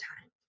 time